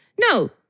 no